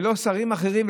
ולא שרים אחרים,